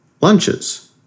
lunches